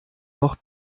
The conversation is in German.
noch